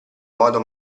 modo